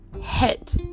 hit